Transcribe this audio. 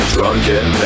Drunken